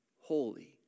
holy